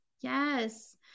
Yes